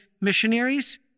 missionaries